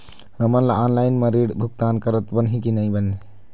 हमन ला ऑनलाइन म ऋण भुगतान करत बनही की नई बने?